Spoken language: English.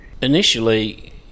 Initially